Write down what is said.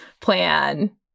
plan